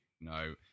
no